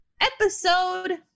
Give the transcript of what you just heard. episode